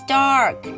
dark